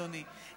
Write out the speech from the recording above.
אדוני,